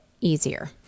Easier